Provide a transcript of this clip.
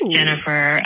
Jennifer